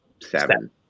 Seven